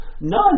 None